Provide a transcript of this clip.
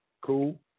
Cool